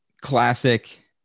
Classic